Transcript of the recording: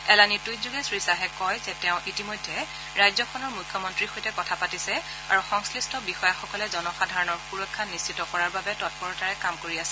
এলানী টুইটযোগে শ্ৰীয়াহে কয় যে তেওঁ ইতিমধ্যে ৰাজ্যখনৰ মুখ্যমন্ত্ৰীৰ সৈতে কথা পাতিছে আৰু সংশ্লিষ্ট বিষয়াসকলে জনসাধাৰণৰ সুৰক্ষা নিশ্চিত কৰাৰ বাবে তৎপৰতাৰে কাম কৰি আছে